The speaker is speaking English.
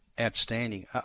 Outstanding